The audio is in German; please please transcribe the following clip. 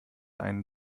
einen